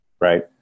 Right